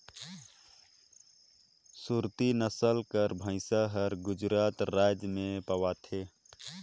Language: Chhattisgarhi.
सुरती नसल कर भंइस हर गुजरात राएज में पवाथे